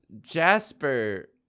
Jasper